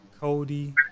Cody